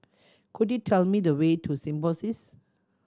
could you tell me the way to Symbiosis